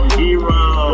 hero